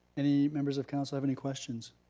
any members of council have any questions?